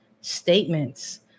statements